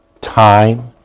time